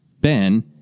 ben